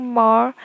more